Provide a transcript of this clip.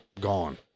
Gone